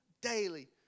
Daily